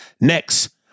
Next